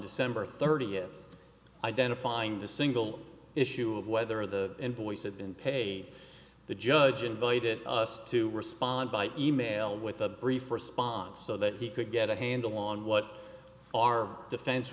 december thirtieth identifying the single issue of whether the invoice had been paid the judge invited us to respond by email with a brief response so that he could get a handle on what our defense